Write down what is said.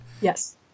Yes